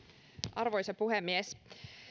arvoisa puhemies